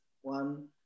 one